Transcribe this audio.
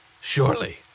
surely